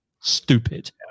Stupid